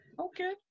Okay